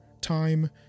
time